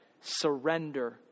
surrender